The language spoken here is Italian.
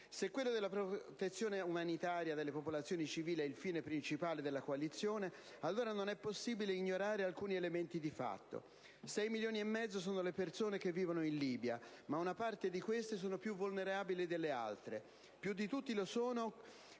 Se quello della protezione umanitaria delle popolazioni civili è il fine principale della coalizione, allora non è possibile ignorare alcuni elementi di fatto. Sei milioni e mezzo sono le persone che vivono in Libia, ma una parte di esse sono più vulnerabili delle altre. Più di tutti lo sono